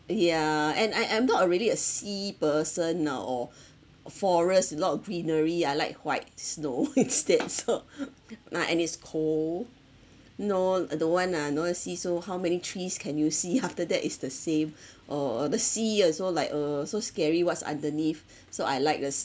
yeah and I am not a really a sea person ah or forest a lot of greenery I like white snow instead so uh and it's cold no l~ uh don't want ah never see so how many trees can you see after that is the same or or the sea also like uh so scary what's underneath so I like the